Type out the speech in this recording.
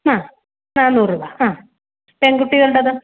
ആ നാനൂറ് രൂപ ആ പെൺകുട്ടികളുടെത്